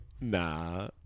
nah